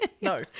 No